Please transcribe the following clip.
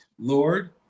Lord